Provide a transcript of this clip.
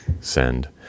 send